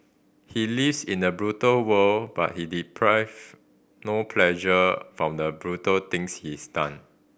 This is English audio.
he lives in a brutal world but he deprive no pleasure from the brutal things his done